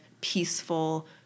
peaceful